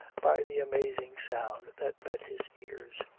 by the amazing sound that met his ears.